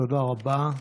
תודה רבה.